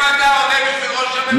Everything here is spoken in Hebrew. אם אתה עונה בשביל ראש הממשלה,